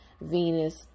venus